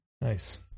Nice